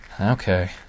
Okay